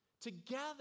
together